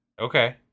Okay